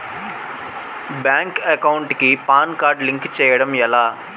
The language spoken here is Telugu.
బ్యాంక్ అకౌంట్ కి పాన్ కార్డ్ లింక్ చేయడం ఎలా?